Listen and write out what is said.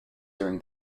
during